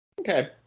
Okay